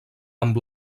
amb